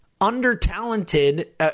under-talented